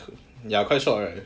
ya quite short right